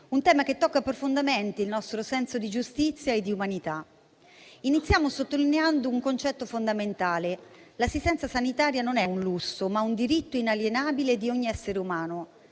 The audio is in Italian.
un tema che tocca profondamente il nostro senso di giustizia e umanità. Iniziamo sottolineando un concetto fondamentale: l'assistenza sanitaria non è un lusso, ma un diritto inalienabile di ogni essere umano.